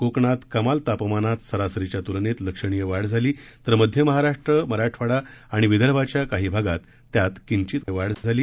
कोकणात कमाल तापमानात सरासरीच्या तुलनेत लक्षणीय वाढ झाली तर मध्य महाराष्ट्र मराठवाडा आणि विदर्भाच्या काही भागात त्यात किंचित वाढ झाली